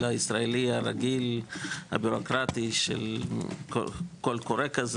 הישראלי הרגיל הבירוקרטי של קול קורא,